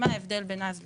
מה ההבדל בין אז להיום?